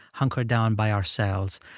hunkered down by ourselves.